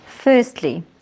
Firstly